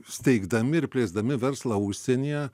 steigdami ir plėsdami verslą užsienyje